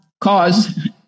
cause